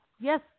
yes